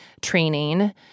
training